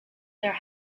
their